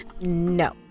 No